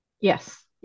yes